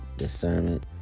discernment